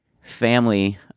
family